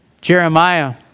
Jeremiah